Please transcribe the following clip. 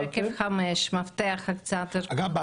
אגב,